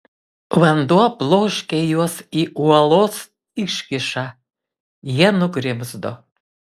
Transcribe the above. vanduo bloškė juos į uolos iškyšą jie nugrimzdo